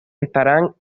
estaban